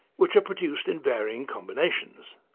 which are produced in varying combinations.